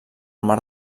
mar